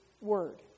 word